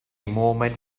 movement